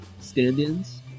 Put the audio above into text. stand-ins